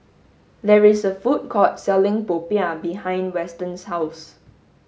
there is a food court selling popiah behind Weston's house